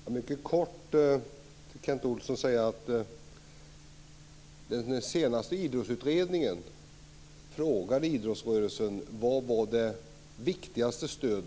Fru talman! Jag vill mycket kort säga till Kent Olsson att den senaste idrottsutredningen frågade idrottsrörelsen vilket som var det viktigaste stöd